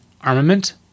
armament